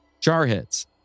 Jarheads